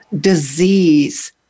Disease